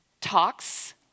talks